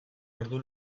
ordu